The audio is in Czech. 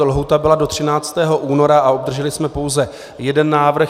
Lhůta byla do 13. února a obdrželi jsme pouze jeden návrh.